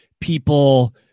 people